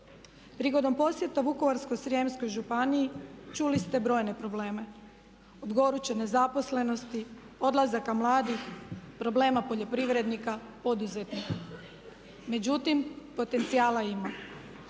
Prigodom posjeta Vukovarsko-srijemskoj županiji čuli ste brojne probleme, od goruće nezaposlenosti, odlazaka mladih, problema poljoprivrednika, poduzetnika. Međutim potencijala ima.